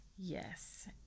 Yes